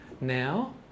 Now